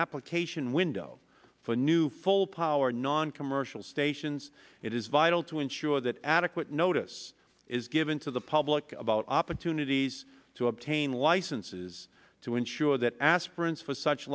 application window for new full power noncommercial stations it is vital to ensure that adequate notice is given to the public about opportunities to obtain licenses to ensure that aspirants for such